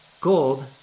gold